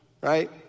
right